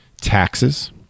Taxes